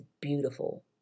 beautiful